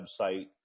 website